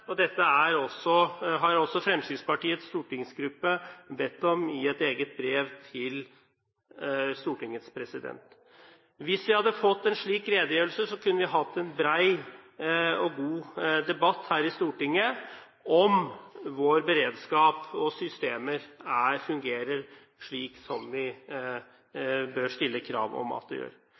redegjørelse. Dette har også Fremskrittspartiets stortingsgruppe bedt om i et eget brev til Stortingets president. Hvis vi hadde fått en slik redegjørelse, kunne vi hatt en bred og god debatt her i Stortinget om hvorvidt vår beredskap og våre systemer fungerer slik som vi bør stille krav om at det